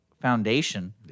Foundation